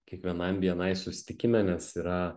kiekvienam bni susitikime nes yra